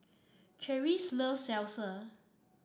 Cherise loves Salsa